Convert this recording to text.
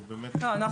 זה באמת --- לא,